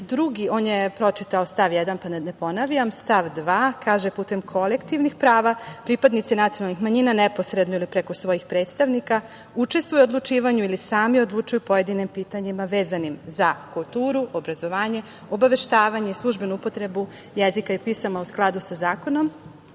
75. On je pročitao stav 1. pa da ne ponavljam. Stav 2. kaže – Putem kolektivnih prava pripadnici nacionalnih manjina neposredno ili preko svojih predstavnika učestvuju u odlučivanju ili sami odlučuju o pojedinim pitanjima vezanim za kulturu, obrazovanje, obaveštavanje, službenu upotrebu jezika i pisama u skladu sa zakonom. Moramo